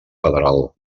federal